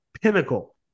pinnacle